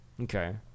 Okay